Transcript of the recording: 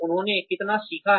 उन्होंने कितना सीखा है